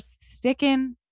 sticking